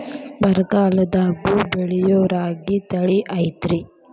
ಬರಗಾಲದಾಗೂ ಬೆಳಿಯೋ ರಾಗಿ ತಳಿ ಐತ್ರಿ?